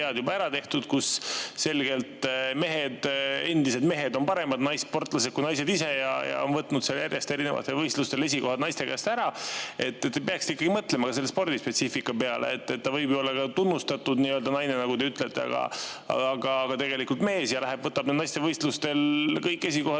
juba ära tehtud. [Seal] on selgelt mehed, endised mehed, paremad naissportlased kui naised ise ja on võtnud järjest erinevatel võistlustel esikohad naiste käest ära. Te peaksite mõtlema ka spordispetsiifika peale. Ta võib ju olla tunnustatud nii-öelda naine, nagu te ütlete, aga tegelikult mees ja läheb, võtab naistevõistlustel kõik esikohad